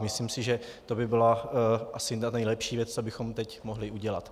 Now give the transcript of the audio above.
Myslím si, že to by byla asi ta nejlepší věc, co bychom teď mohli udělat.